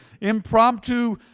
impromptu